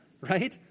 right